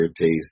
taste